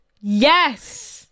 yes